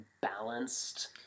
balanced